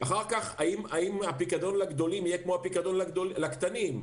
האם הפיקדון לגדולים יהיה כמו הפיקדון לקטנים?